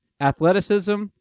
athleticism